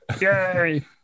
Yay